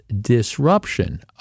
disruption